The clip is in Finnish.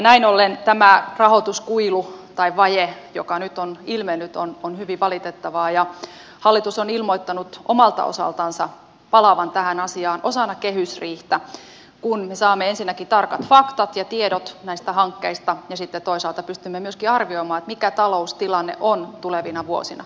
näin ollen tämä rahoituskuilu tai vaje joka nyt on ilmennyt on hyvin valitettava ja hallitus on ilmoittanut omalta osaltansa palaavansa tähän asiaan osana kehysriihtä kun me saamme ensinnäkin tarkat faktat ja tiedot näistä hankkeista ja sitten toisaalta pystymme myöskin arvioimaan mikä taloustilanne on tulevina vuosina